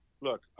Look